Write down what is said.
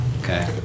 Okay